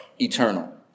eternal